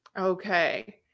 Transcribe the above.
okay